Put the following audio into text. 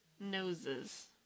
noses